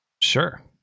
Sure